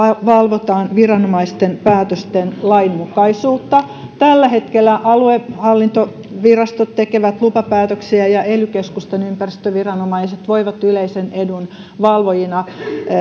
valvotaan viranomaisten päätösten lainmukaisuutta tällä hetkellä aluehallintovirastot tekevät lupapäätöksiä ja ely keskusten ympäristöviranomaiset voivat yleisen edun valvojina